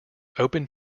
open